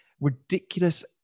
ridiculous